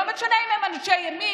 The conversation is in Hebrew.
לא משנה אם הם אנשי ימין,